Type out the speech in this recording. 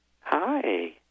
Hi